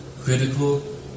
critical